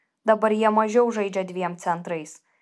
dabar jie mažiau žaidžia dviem centrais